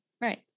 right